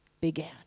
began